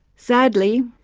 sadly,